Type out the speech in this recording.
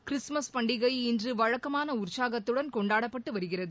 Christmas பண்டிகை இன்று வழக்கமான உற்சாகத்துடன் கொண்டாடப்பட்டு வருகிறது